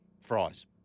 fries